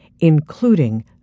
including